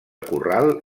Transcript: corral